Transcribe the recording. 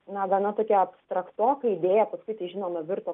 na gana tokia abstraktoka idėja paskui tai žinoma virto